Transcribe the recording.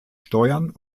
steuern